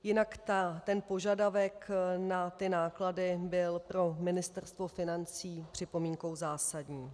Jinak ten požadavek na náklady byl pro Ministerstvo financí připomínkou zásadní.